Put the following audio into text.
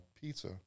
pizza